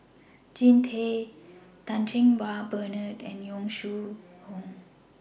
Jean Tay Chan Cheng Wah Bernard and Yong Shu Hoong